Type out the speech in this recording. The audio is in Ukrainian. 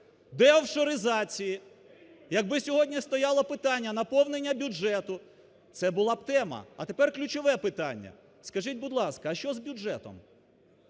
деофшоризації, якби сьогодні стояло питання наповнення бюджету – це була б тема. А тепер ключове питання, скажіть, будь ласка, а що з бюджетом?